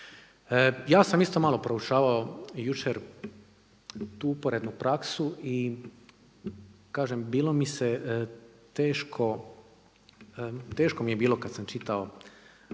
Ja sam isto malo proučavao i jučer tu uporednu praksu i kažem bilo mi se teško, teško mi je bilo kad sam čitao